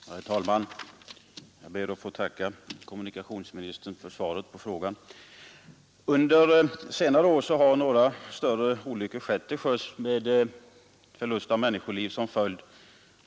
Herr talman! Jag ber att få tacka kommunikationsministern för svaret på min fråga. Under senare år har det inträffat en del olyckor till sjöss som har resulterat i förlust av människoliv.